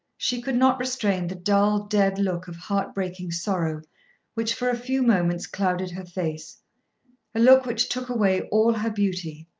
she could not restrain the dull dead look of heart-breaking sorrow which for a few moments clouded her face a look which took away all her beauty,